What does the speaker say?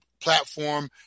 platform